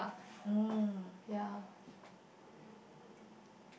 ya